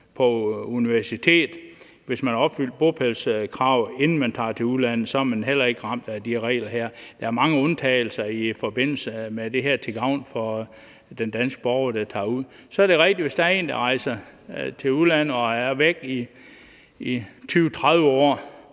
et universitet og havde opfyldt bopælskravet, inden man tog til udlandet, var man heller ikke blevet ramt af de regler her. Der var mange undtagelser i forbindelse med det her til gavn for den danske borger, der tog ud. Så er det rigtigt, at hvis der er en, der rejser til udlandet og er væk i 20-30 år